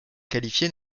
qualifiés